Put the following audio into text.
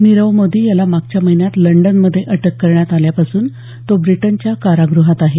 नीरव मोदी याला मागच्या महिन्यात लंडन मध्ये अटक करण्यात आल्यापासून तो ब्रिटनच्या कारागुहात आहे